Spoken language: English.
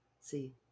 See